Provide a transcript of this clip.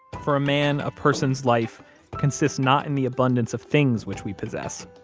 for a man, a person's life consists not in the abundance of things which we possess.